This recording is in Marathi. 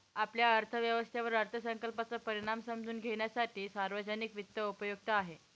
आपल्या अर्थव्यवस्थेवर अर्थसंकल्पाचा परिणाम समजून घेण्यासाठी सार्वजनिक वित्त उपयुक्त आहे